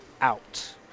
out